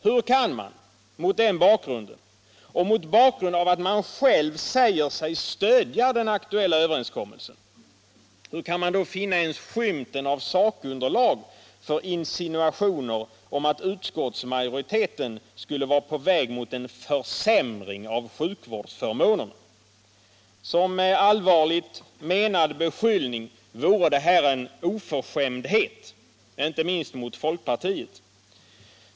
Hur kan man mot den bakgrunden — och mot bakgrund av att man själv säger sig stödja den aktuella överenskommelsen — finna ens skymten av sakunderlag för insinuationer om att utskottsmajoriteten skulle vara på väg mot en försämring av sjukvårdsförmånerna? Som allvarligt menad beskyllning vore det här en oförskämdhet — inte minst mot folkpartiet.